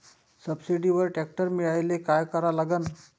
सबसिडीवर ट्रॅक्टर मिळवायले का करा लागन?